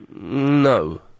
No